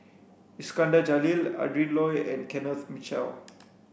Iskandar Jalil Adrin Loi and Kenneth Mitchell